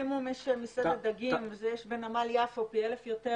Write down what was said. מקסימום יש מסעדת דגים אבל את זה יש בנמל יפו יותר טובה.